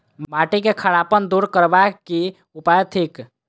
माटि केँ खड़ापन दूर करबाक की उपाय थिक?